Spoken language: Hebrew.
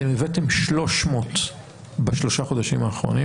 אתם הבאתם 300 בשלושה חודשים האחרונים